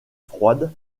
froide